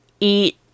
eat